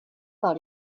par